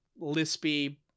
lispy